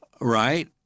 right